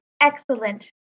excellent